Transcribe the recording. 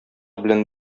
белән